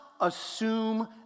assume